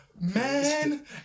man